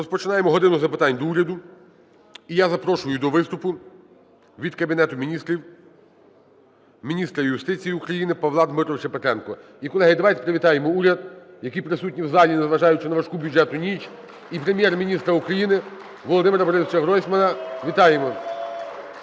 розпочинаємо "годину запитань до Уряду". І я запрошую до виступу від Кабінету Міністрів міністра юстиції України Павла Дмитровича Петренка. І, колеги, давайте привітаємо уряд, який присутній у залі, незважаючи на важку бюджетну ніч, і Прем'єр-міністра України Володимира БорисовичаГройсмана. Вітаємо!